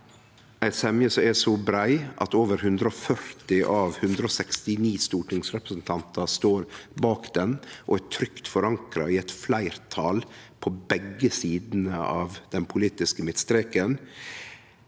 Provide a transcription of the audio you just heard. som er så brei at over 140 av 169 stortingsrepresentantar står bak ho, og ho er trygt forankra i eit fleirtal på begge sidene av den politiske midtstreken,